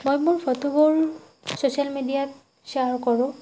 মই মোৰ ফটোবোৰ ছ'চিয়েল মিডিয়াত শ্বেয়াৰ কৰোঁ